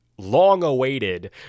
long-awaited